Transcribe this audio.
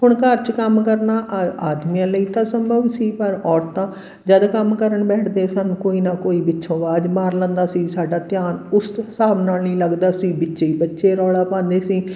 ਹੁਣ ਘਰ 'ਚ ਕੰਮ ਕਰਨਾ ਆ ਆਦਮੀਆਂ ਲਈ ਤਾਂ ਸੰਭਵ ਸੀ ਪਰ ਔਰਤਾਂ ਜਦ ਕੰਮ ਕਰਨ ਬੈਠਦੀਆਂ ਸਨ ਕੋਈ ਨਾ ਕੋਈ ਪਿੱਛੋਂ ਆਵਾਜ਼ ਮਾਰ ਲੈਂਦਾ ਸੀ ਸਾਡਾ ਧਿਆਨ ਉਸ ਹਿਸਾਬ ਨਾਲ਼ ਨਹੀਂ ਲੱਗਦਾ ਸੀ ਵਿੱਚ ਹੀ ਬੱਚੇ ਰੌਲਾ ਪਾਉਂਦੇ ਸੀ